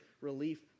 relief